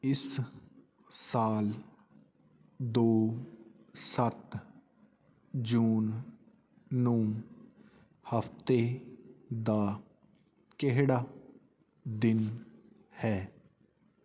ਇਸ ਸਾਲ ਦੋ ਸੱਤ ਜੂਨ ਨੂੰ ਹਫ਼ਤੇ ਦਾ ਕਿਹੜਾ ਦਿਨ ਹੈ